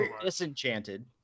Disenchanted